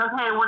okay